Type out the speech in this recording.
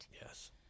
Yes